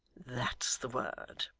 that's the word